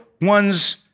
one's